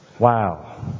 Wow